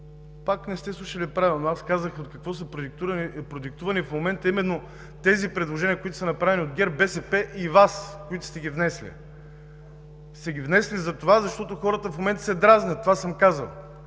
пак не сте слушали правилно. Аз казах от какво са продиктувани в момента именно тези предложения, които са направени от ГЕРБ, БСП и от Вас – които сте ги внесли. Внесли сте ги затова, защото хората в момента се дразнят – това съм казал,